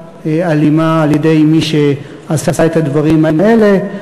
אלימה על-ידי מי שעשה את הדברים האלה.